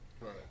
Right